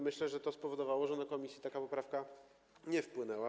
Myślę, że to spowodowało, że w komisji taka poprawka nie wpłynęła.